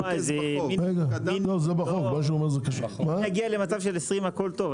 אם נגיע למצב של 20 הכל טוב,